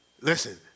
listen